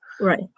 Right